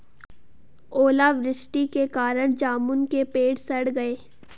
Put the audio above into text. ओला वृष्टि के कारण जामुन के पेड़ सड़ गए